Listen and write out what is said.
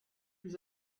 plus